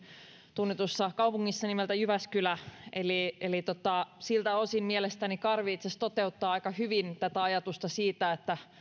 tunnetussa kaupungissa nimeltä jyväskylä eli eli siltä osin mielestäni karvi itse asiassa toteuttaa aika hyvin tätä ajatusta siitä että